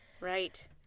Right